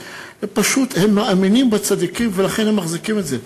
פשוט הם מאמינים בצדיקים ולכן הם מחזיקים את זה.